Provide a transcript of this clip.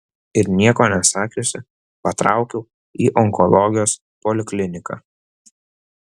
ir nieko nesakiusi patraukiau į onkologijos polikliniką